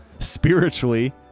Spiritually